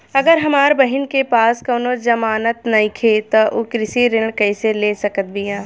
अगर हमार बहिन के पास कउनों जमानत नइखें त उ कृषि ऋण कइसे ले सकत बिया?